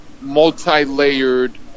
multi-layered